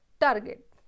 target